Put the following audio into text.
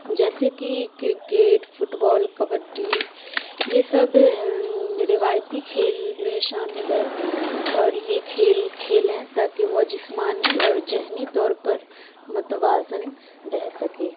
جیسے کہ cricket football kabaddi یہ سب روایتی کھیل میں شامل ہے اور یہ کھیل کھیلیں تاکہ وہ جسمانی اور ذہنی طور پر متوازن رہ سکیں